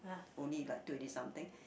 only like twenty something